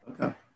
Okay